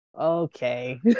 okay